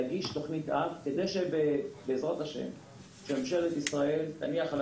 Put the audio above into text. המשרד יגיש תוכנית על כדי שממשלת ישראל תניח על